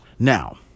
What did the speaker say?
Now